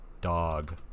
dog